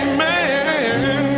Amen